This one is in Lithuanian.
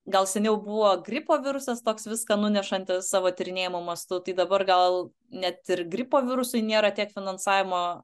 gal seniau buvo gripo virusas toks viską nunešantis savo tyrinėjimų mastu tai dabar gal net ir gripo virusui nėra tiek finansavimo